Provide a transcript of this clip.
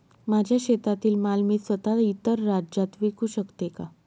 माझ्या शेतातील माल मी स्वत: इतर राज्यात विकू शकते का?